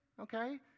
Okay